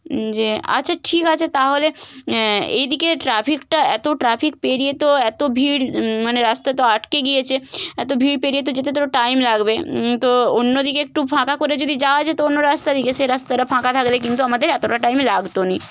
যে আচ্ছা ঠিক আছে তাহলে এই দিকে ট্রাফিকটা এত ট্রাফিক পেরিয়ে তো এত ভিড় মানে রাস্তা তো আটকে গিয়েছে এত ভিড় পেরিয়ে তো যেতে তো টাইম লাগবে তো অন্যদিকে একটু ফাঁকা করে যদি যাওয়া যেত অন্য রাস্তা দিকে সে রাস্তাটা ফাঁকা থাকলে কিন্তু আমাদের এতটা টাইম লাগতো না